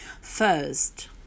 First